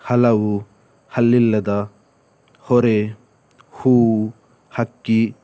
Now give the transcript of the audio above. ಹಲವು ಹಲ್ಲಿಲ್ಲದ ಹೊರೆ ಹೂವು ಹಕ್ಕಿ